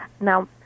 Now